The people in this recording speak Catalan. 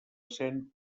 essent